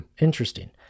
interesting